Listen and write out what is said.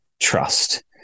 trust